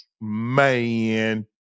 man